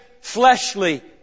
fleshly